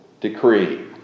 decree